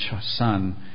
son